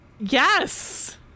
yes